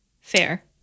fair